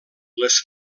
les